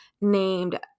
named